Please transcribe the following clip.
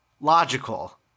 logical